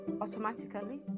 automatically